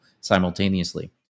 simultaneously